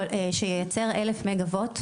1000 מגה וולט,